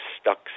stuck